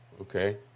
Okay